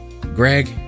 Greg